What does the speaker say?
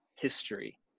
history